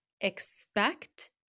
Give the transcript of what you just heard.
expect